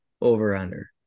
over-under